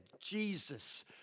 Jesus